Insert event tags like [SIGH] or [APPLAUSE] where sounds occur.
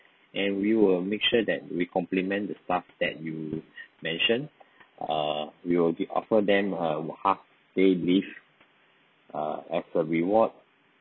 and we will make sure that we complement the staff that you [BREATH] mention uh we will be offer them a half pay leave uh as a reward